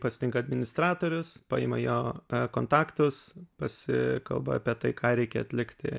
pasitinka administratorius paima jo kontaktus pasikalba apie tai ką reikia atlikti